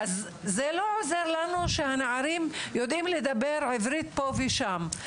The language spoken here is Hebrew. אז זה לא עוזר לנו שהנערים יודעים לדבר עברית פה ושם.